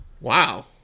Wow